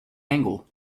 angle